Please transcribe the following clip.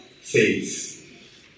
faith